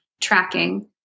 tracking